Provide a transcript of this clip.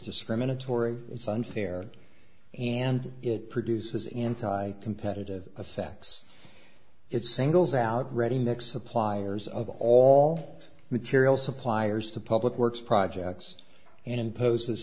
discriminatory it's unfair and it produces into competitive effects it singles out ready mix suppliers of all material suppliers to public works projects and imposes